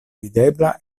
videbla